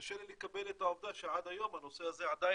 קשה לי לקבל את העובדה שעד היום הנושא הזה עדיין